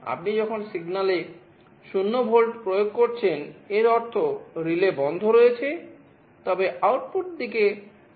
আপনি যখন সিগন্যালে 0 ভোল্ট প্রয়োগ করছেন এর অর্থ রিলে বন্ধ রয়েছে তবে আউটপুট দিকে সার্কিটটি চালু থাকবে